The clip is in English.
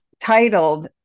titled